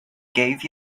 gave